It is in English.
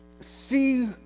see